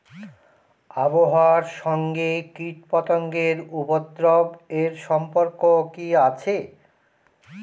আবহাওয়ার সঙ্গে কীটপতঙ্গের উপদ্রব এর সম্পর্ক কি আছে?